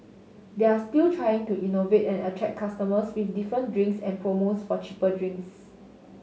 they're still trying to innovate and attract customers with different drinks and promos for cheaper drinks